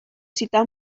citar